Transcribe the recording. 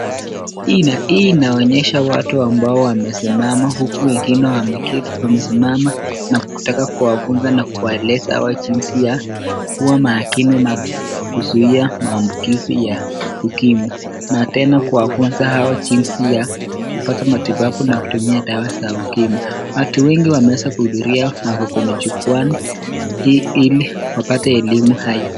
Hii inaonyesha watu ambao wamesimama, huku wengine wamesimama na kutaka kuwafunza na kuwaeleza hawa jinzi ya kuwa maakini na kuzuia maambukizi ya UKIMWI. Na tena kuwafunza Hawa jinzi ya kupata matibabu na kutumia dawa za UKIMWI. Watu wengi wameweza kuhudhuria na wako kwenye jukwa hili wapate elimu hayo.